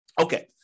Okay